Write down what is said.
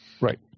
Right